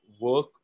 work